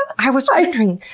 i was wondering,